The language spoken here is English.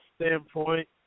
standpoint